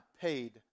paid